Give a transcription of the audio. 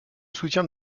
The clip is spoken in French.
soutien